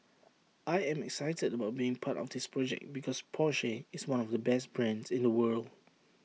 I am excited about being part of this project because Porsche is one of the best brands in the world